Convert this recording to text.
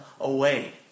away